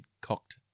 cocked